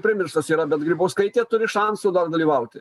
primirštas yra bet grybauskaitė turi šansų dar dalyvauti